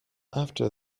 after